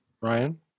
Ryan